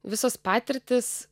visos patirtys